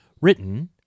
Written